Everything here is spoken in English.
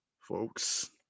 folks